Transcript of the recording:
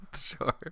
sure